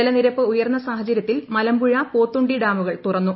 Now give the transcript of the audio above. ജലനിരപ്പ് ഉയർന്ന സാഹചര്യത്തിൽ മലമ്പുഴ പോത്തുണ്ടി ഡാമുകൾ തുറന്നു